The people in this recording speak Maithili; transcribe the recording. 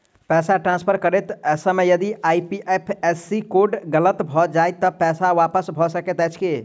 पैसा ट्रान्सफर करैत समय यदि आई.एफ.एस.सी कोड गलत भऽ जाय तऽ पैसा वापस भऽ सकैत अछि की?